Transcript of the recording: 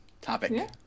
topic